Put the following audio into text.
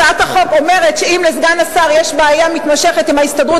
הצעת החוק אומרת שאם לסגן השר יש בעיה מתמשכת עם ההסתדרות